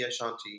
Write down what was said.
Shanti